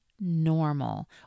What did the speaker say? normal